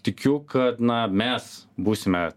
tikiu kad na mes būsime